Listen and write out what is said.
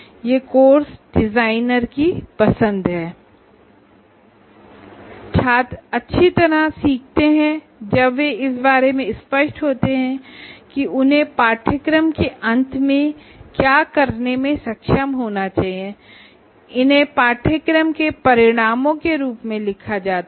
छात्र अच्छी तरह सीखते हैं जब वे इस बारे में स्पष्ट होते हैं कि उन्हें कोर्स के अंत में क्या करने में सक्षम होना चाहिए इन्हें कोर्स आउटकम के रूप में लिखा जाता है